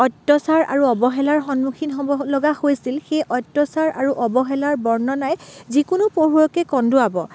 অত্যাচাৰ আৰু অৱহেলাৰ সন্মুখীন হ'ব লগা হৈছিল সেই অত্যাচাৰ আৰু অৱহেলাৰ বৰ্ণনাই যিকোনো পঢ়ুৱৈকে কন্দুৱাব